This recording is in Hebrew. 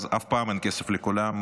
אז אף פעם אין כסף לכולם.